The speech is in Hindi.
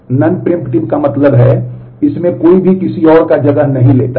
नॉन प्रिम्पटीव का मतलब है कि इसमें कोई भी किसी और का जगह नहीं लेता है